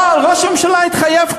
אבל ראש הממשלה התחייב כאן,